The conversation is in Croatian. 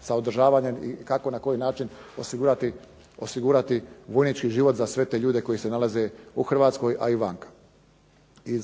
sa održavanjem i kako na koji način osigurati vojnički život za sve te ljude koji se nalaze u Hrvatskoj a i vanka.